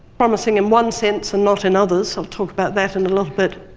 promising in one sense and not in others. i'll talk about that in a little bit.